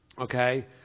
Okay